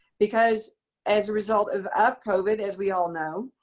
because as a result of of covid, as we all know,